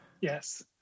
Yes